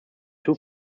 too